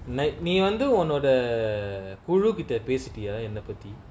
nai~ நீ வந்து ஒன்னோட குழு கிட்ட பேசிட்டியா என்ன பத்தி:nee vanthu onnoda kulu kitta pesitiyaa enna pathi